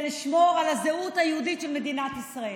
לשמור על הזהות היהודית של מדינת ישראל.